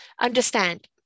understand